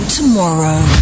tomorrow